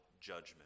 judgment